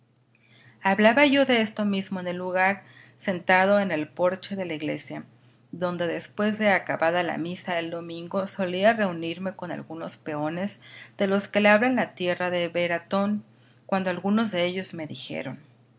hablaba yo de esto mismo en el lugar sentado en el porche de la iglesia donde después de acabada la misa del domingo solía reunirme con algunos peones de los que labran la tierra de veratón cuando algunos de ellos me dijeron